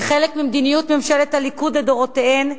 היא חלק ממדיניות ממשלות הליכוד לדורותיהן,